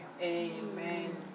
Amen